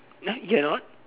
!huh! you are not